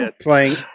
playing